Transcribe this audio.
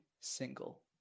single